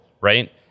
right